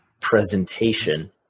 presentation